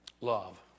love